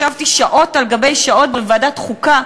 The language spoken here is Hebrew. ישבתי שעות על שעות בוועדת החוקה,